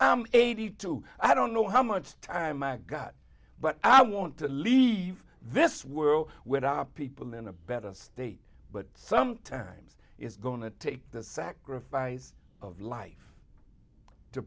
eighty two i don't know how much time i got but i want to leave this world without people in a better state but sometimes it's going to take the sacrifice of life to